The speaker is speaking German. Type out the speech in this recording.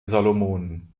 salomonen